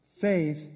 Faith